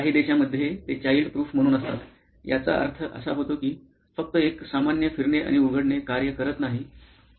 काही देशांमध्ये ते चाइल्ड प्रूफ म्हणून असतात याचा अर्थ असा होतो की फक्त एक सामान्य फिरणे आणि उघडणे कार्य करत नाही